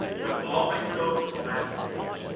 but always go to the last page.